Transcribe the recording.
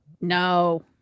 No